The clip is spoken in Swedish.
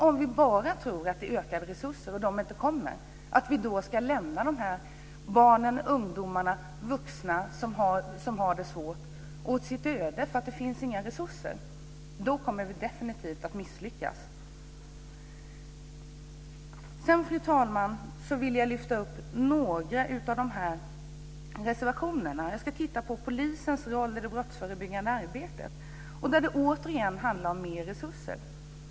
Om vi tror att uteblivna resurser leder till att vi ska lämna de barn, ungdomar och vuxna som har det svårt åt sitt öde, då kommer vi definitivt att misslyckas. Fru talman! Sedan vill jag lyfta fram några av reservationerna. Det gäller först polisens roll i det brottsförebyggande arbetet, där det återigen handlar om mer resurser.